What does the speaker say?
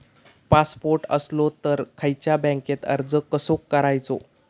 Passport असलो तर खयच्या बँकेत अर्ज कसो करायचो?